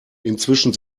inzwischen